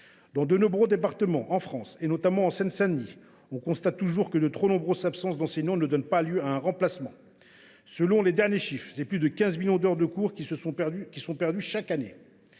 Dans de nombreux départements de France, notamment en Seine Saint Denis, on constate toujours que de trop nombreuses absences d’enseignant ne donnent pas lieu à remplacement. Selon les derniers chiffres, plus de 15 millions d’heures de cours sont ainsi perdues chaque année.